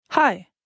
Hi